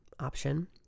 option